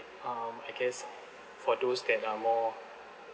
um I guess for those that are more